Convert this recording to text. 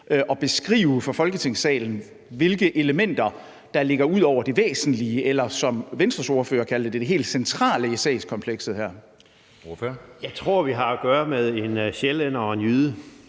at beskrive for Folketingssalen, hvilke elementer der ligger ud over det væsentlige eller, som Venstres ordfører kaldte det, det helt centrale i sagskomplekset her. Kl. 19:06 Anden næstformand